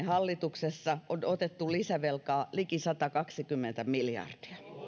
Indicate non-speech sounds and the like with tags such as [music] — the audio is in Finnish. [unintelligible] hallituksessa on otettu lisävelkaa liki satakaksikymmentä miljardia